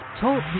Talk